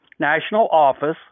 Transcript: nationaloffice